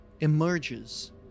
emerges